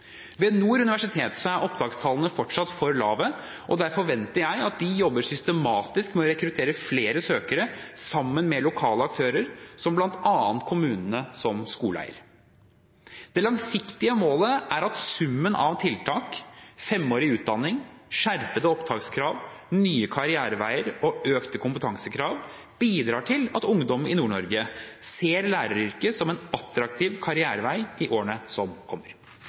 Ved Nord universitet er opptakstallene fortsatt for lave, og der forventer jeg at de jobber systematisk med å rekruttere flere søkere, sammen med lokale aktører, som bl.a. kommunene som skoleeiere. Det langsiktige målet er at summen av tiltak, femårig utdanning, skjerpede opptakskrav, nye karriereveier og økte kompetansekrav, bidrar til at ungdom i Nord-Norge ser læreryrket som en attraktiv karrierevei i årene som kommer.